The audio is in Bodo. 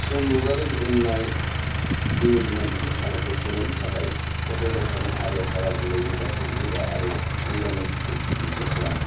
चुम्बकआरि गोमनाय इमेजिंगआ बिखुं सानायखौ सुनायनि थाखाय फसायथाव सादोन आरो हारा गुरै रोदा थै रोदा आरो लिगामेन्टफोरखौ मिजिं खालामो